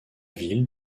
ville